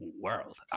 world